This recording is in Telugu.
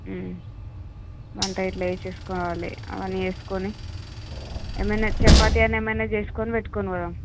వంట గిట్ల చేసేసుకోవాలి అవన్నీ చేసుకుని ఏమన్నా చపాతి అన్నా ఏమన్నా చేసుకుని పెట్టుకుని పోదాం